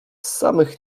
samych